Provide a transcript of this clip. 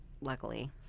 luckily